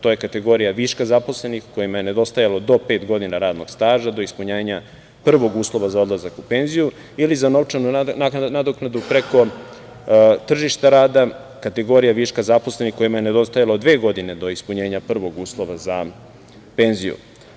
To je kategorija viška zaposlenih kojima je nedostajalo do pet godina radnog staža do ispunjenja prvog uslova za odlazak u penziju ili za novčanu nadoknadu preko tržišta rada, a kategorija viška zaposlenih kojima je nedostajalo dve godine do ispunjenja prvog uslova za penziju.